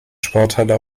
sporthalle